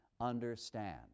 understand